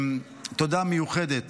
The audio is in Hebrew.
תודה מיוחדת